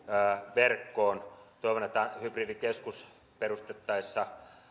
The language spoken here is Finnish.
verkkoon toivon että hybridikeskusta perustettaessa